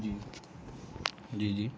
جی جی جی